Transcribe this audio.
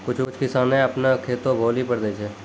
कुछ किसाने अपनो खेतो भौली पर दै छै